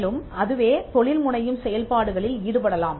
மேலும் அதுவே தொழில்முனையும் செயல்பாடுகளில் ஈடுபடலாம்